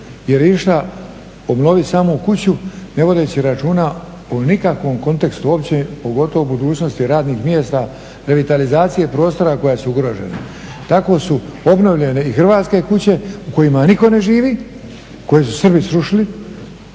je išla obnoviti samo kuću, ne vodeći računa o nikakvom kontekstu uopće, pogotovo o budućnosti radnih mjesta revitalizacije prostora koja su ugrožena. Tako su obnovljene i hrvatske kuće u kojima nitko ne živi, koje su srbi srušili